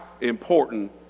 important